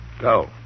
Go